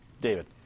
David